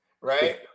right